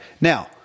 Now